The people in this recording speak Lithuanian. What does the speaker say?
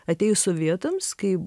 atėjus sovietams kaip